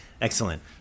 Excellent